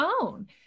own